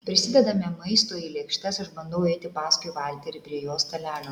prisidedame maisto į lėkštes aš bandau eiti paskui valterį prie jo stalelio